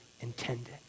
intended